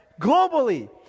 globally